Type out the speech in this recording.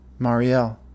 Marielle